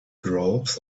groups